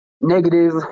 negative